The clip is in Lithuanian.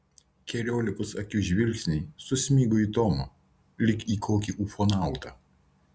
keliolikos akių žvilgsniai susmigo į tomą lyg į kokį ufonautą